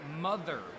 mother